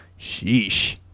Sheesh